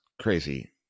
crazy